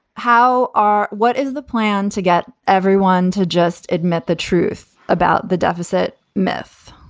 how are what is the plan to get everyone to just admit the truth about the deficit myth?